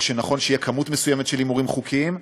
או נכון שתהיה כמות מסוימת של הימורים חוקיים.